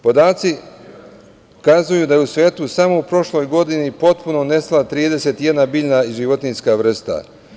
Podaci kazuju da je u svetu samo u prošloj godini potpuno nestala 31 biljna i životinjska vrsta.